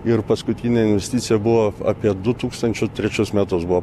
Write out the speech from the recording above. ir paskutinė investicija buvo apie du tūkstančius trečius metus buvo